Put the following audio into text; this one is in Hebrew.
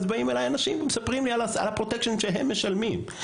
אז באים אלי אנשים ומספרים על הפרוטקשן שהם משלמים.